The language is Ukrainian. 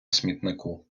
смітнику